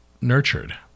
nurtured